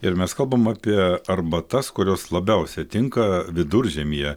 ir mes kalbam apie arbatas kurios labiausiai tinka viduržiemyje